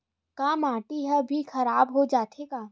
का माटी ह भी खराब हो जाथे का?